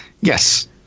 Yes